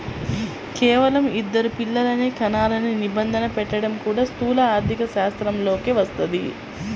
కేవలం ఇద్దరు పిల్లలనే కనాలనే నిబంధన పెట్టడం కూడా స్థూల ఆర్థికశాస్త్రంలోకే వస్తది